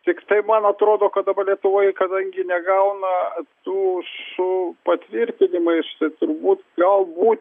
tiktai man atrodo kad lietuvoje kadangi negauna tų su patvirtinimais tai turbūt galbūt